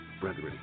Brethren